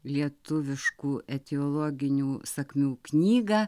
lietuviškų etiologinių sakmių knygą